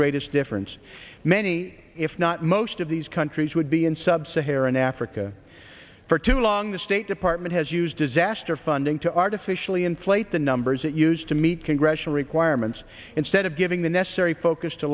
greatest difference many if not most of these countries would be in sub saharan africa for too long the state department has used disaster funding to artificially inflate the numbers that used to meet congressional requirements instead of giving the necessary focus to